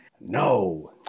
no